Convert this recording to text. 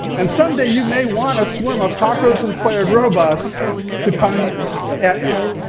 and someday you may want a swarm of cockroach-inspired robots to come at you.